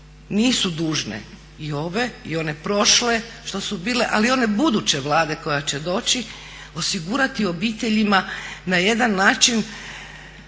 nisu dužne i ove i one prošle što su bile, ali i one buduće Vlade koje će doći osigurati obiteljima na jedan način